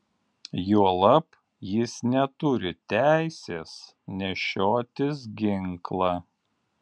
juolab jis neturi teisės nešiotis ginklą